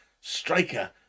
Striker